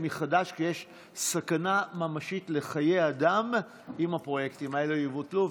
כי יש סכנה ממשית לחיי אדם אם הפרויקטים האלה יבוטלו.